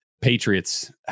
Patriots